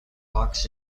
box